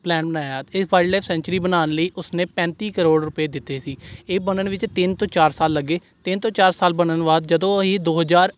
plan ਬਣਾਇਆ ਇਸ wild life sanctuary ਬਣਾਉਣ ਲਈ ਉਸਨੇ ਪੈਂਤੀ ਕਰੋੜ ਰੁਪਏ ਦਿੱਤੇ ਸੀ ਇਹ ਬਨਣ ਵਿੱਚ ਤਿੰਨ ਤੋਂ ਚਾਰ ਸਾਲ ਲੱਗੇ ਤਿੰਨ ਤੋਂ ਚਾਰ ਸਾਲ ਬਣਨ ਤੋਂ ਬਾਅਦ ਜਦੋਂ ਅਸੀਂ ਦੋ ਹਜ਼ਾਰ